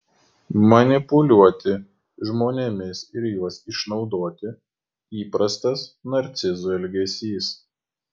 manipuliuoti žmonėmis ir juos išnaudoti įprastas narcizų elgesys